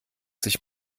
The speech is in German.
sich